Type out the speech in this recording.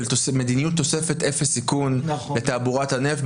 מדיניות תוספת אפס סיכון בתעבורת הנפט,